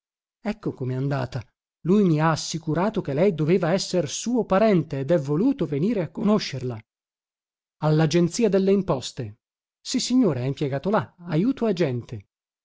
ecco comè andata lui mi ha assicurato che lei doveva essere suo parente ed è voluto venire a conoscerla allagenzia dellimposte sissignore è impiegato là ajuto agente